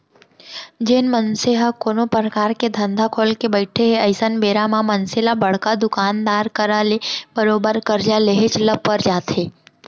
जेन मनसे ह कोनो परकार के धंधा खोलके बइठे हे अइसन बेरा म मनसे ल बड़का दुकानदार करा ले बरोबर करजा लेहेच ल पर जाथे